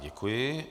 Děkuji.